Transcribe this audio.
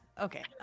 Okay